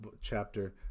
chapter